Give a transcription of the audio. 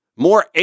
More